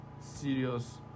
serious